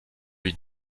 lui